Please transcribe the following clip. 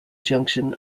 junction